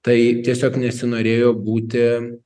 tai tiesiog nesinorėjo būti